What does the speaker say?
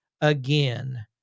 Again